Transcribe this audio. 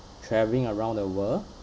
travelling around the world